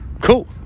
cool